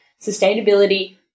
sustainability